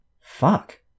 Fuck